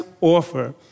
offer